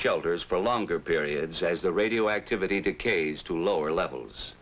shelters for longer periods as the radioactivity decays to lower levels